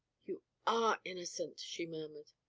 you are innocent, she murmured.